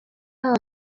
haba